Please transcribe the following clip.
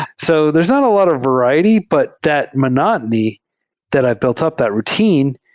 so there's not a lot of var iety, but that monotony that i built up, that routine,